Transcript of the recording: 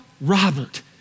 Robert